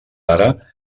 ara